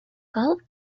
golf